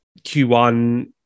Q1